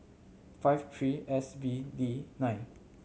five three S B D nine